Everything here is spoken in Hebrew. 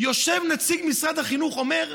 נציג משרד החינוך יושב ואומר: